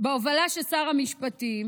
בהובלה של שר המשפטים